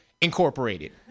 Incorporated